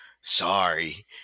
sorry